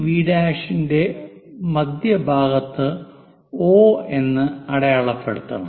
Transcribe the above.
V' VV' ന്റെ മധ്യഭാഗത്ത് O എന്ന് അടയാളപ്പെടുത്തണം